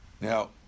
now